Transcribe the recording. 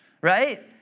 Right